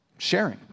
Sharing